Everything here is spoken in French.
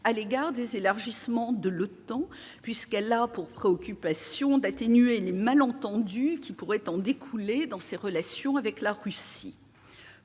face aux élargissements de l'OTAN : elle a pour préoccupation d'atténuer les malentendus qui pourraient en découler dans ses relations avec la Russie.